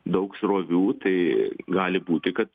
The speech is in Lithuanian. daug srovių tai gali būti kad